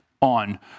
on